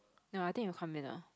no I think he will come in lah